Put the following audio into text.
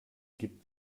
gibt